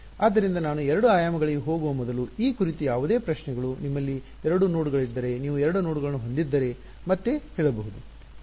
ಆದ್ದರಿಂದ ನಾವು ಎರಡು ಆಯಾಮಗಳಿಗೆ ಹೋಗುವ ಮೊದಲು ಈ ಕುರಿತು ಯಾವುದೇ ಪ್ರಶ್ನೆಗಳು ನಿಮ್ಮಲ್ಲಿ ಎರಡು ನೋಡ್ಗಳಿದ್ದರೆ ನೀವು 2 ನೋಡ್ಗಳನ್ನು ಹೊಂದಿದ್ದರೆ ಮತ್ತೆ ಹೇಳಬಹುದು